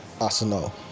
arsenal